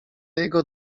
jego